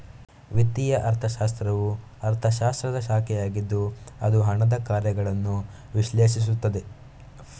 ವಿತ್ತೀಯ ಅರ್ಥಶಾಸ್ತ್ರವು ಅರ್ಥಶಾಸ್ತ್ರದ ಶಾಖೆಯಾಗಿದ್ದು ಅದು ಹಣದ ಕಾರ್ಯಗಳನ್ನು ವಿಶ್ಲೇಷಿಸುತ್ತದೆ